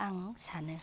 आं सानो